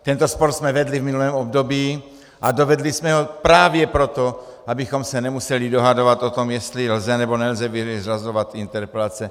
Tento spor jsme vedli v minulém období a dovedli jsme ho právě proto, abychom se nemuseli dohadovat, jestli lze, nebo nelze vyřazovat interpelace.